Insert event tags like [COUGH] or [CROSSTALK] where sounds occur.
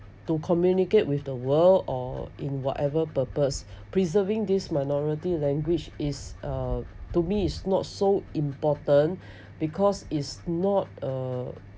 to communicate with the world or in whatever purpose preserving this minority language is uh to me is not so important [BREATH] because is not a